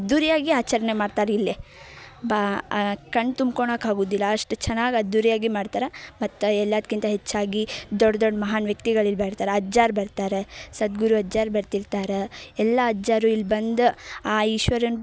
ಅದ್ದೂರಿಯಾಗಿ ಆಚರಣೆ ಮಾಡ್ತಾರ್ ಇಲ್ಲಿ ಬಾ ಕಣ್ಣು ತುಂಬ್ಕೊಳಕ್ ಆಗುವುದಿಲ್ಲ ಅಷ್ಟು ಚೆನ್ನಾಗಿ ಅದ್ದೂರಿಯಾಗಿ ಮಾಡ್ತಾರ ಮತ್ತು ಎಲ್ಲದ್ಕಿಂತ ಹೆಚ್ಚಾಗಿ ದೊಡ್ಡ ದೊಡ್ಡ ಮಹಾನ್ ವ್ಯಕ್ತಿಗಳು ಇಲ್ಲಿ ಬರ್ತಾರೆ ಅಜ್ಜಾರು ಬರ್ತಾರೆ ಸದ್ಗುರು ಅಜ್ಜಾರು ಬರ್ತಿರ್ತಾರೆ ಎಲ್ಲ ಅಜ್ಜಾರು ಇಲ್ಲಿ ಬಂದು ಆ ಈಶ್ವರನ